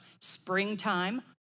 springtime